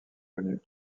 connues